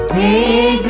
a